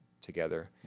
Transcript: together